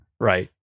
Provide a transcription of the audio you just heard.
Right